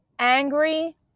angry